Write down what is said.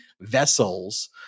vessels